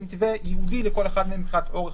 מתווה ייעודי לכל אחד מהם מבחינת אורך